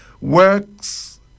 works